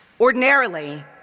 Ordinarily